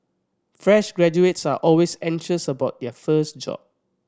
fresh graduates are always anxious about their first job